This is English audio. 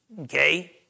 okay